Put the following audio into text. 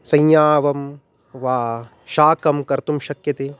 संज्ञावं वा शाकं कर्तुं शक्यते